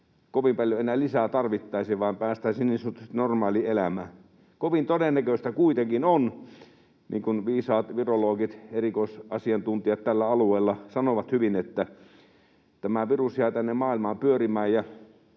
kovin paljon enää lisää tarvittaisi, vaan päästäisiin niin sanotusti normaaliin elämään. Kovin todennäköistä kuitenkin on — niin kuin viisaat virologit, tämän alueen erikoisasiantuntijat, sanovat hyvin — että tämä virus jää tänne maailmaan pyörimään,